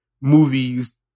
movies